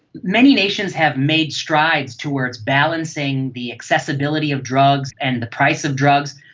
many nations have made strides towards balancing the accessibility of drugs and the price of drugs,